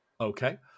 Okay